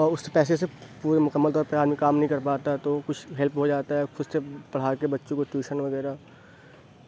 اور اس پیسے سے پوری مکمل طور پر آدمی کام نہیں کر پاتا ہے تو کچھ ہیلپ ہو جاتا ہے خود سے پڑھا کے بچوں کو ٹیوشن وغیرہ